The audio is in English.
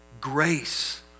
grace